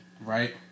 right